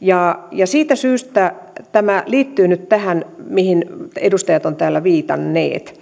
ja ja siitä syystä tämä liittyy nyt tähän mihin edustajat ovat täällä viitanneet